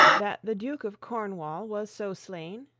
that the duke of cornwall was so slain?